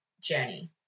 journey